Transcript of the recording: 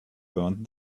burned